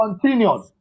continued